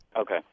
okay